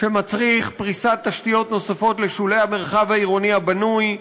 שמצריך פריסת תשתיות נוספות לשולי המרחב העירוני הבנוי.